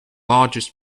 largest